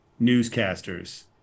newscasters